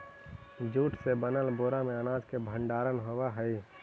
jute से बनल बोरा में अनाज के भण्डारण होवऽ हइ